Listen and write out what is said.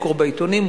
לקרוא בעיתונים,